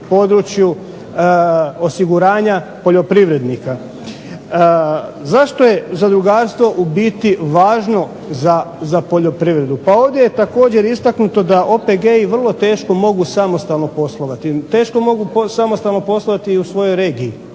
području osiguranja poljoprivrednika. Zašto je zadrugarstvo u biti važno za poljoprivredu? Pa ovdje je također istaknuto da OPG-i mogu vrlo teško mogu samostalno poslovati, teško mogu samostalno poslovati i u svojoj regiji,